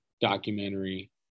documentary